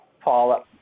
Paul